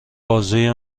بازوی